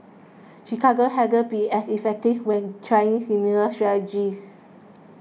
Chicago hasn't been as effective when trying similar strategies